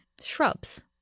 Shrubs